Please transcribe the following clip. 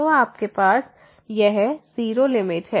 तो आपके पास यह 0 लिमिट है